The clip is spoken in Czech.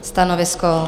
Stanovisko?